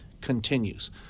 continues